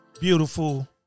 beautiful